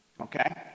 okay